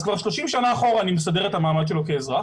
אז כבר 30 שנה אחורה אני מסדר את המעמד שלו כאזרח.